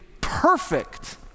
perfect